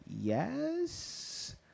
yes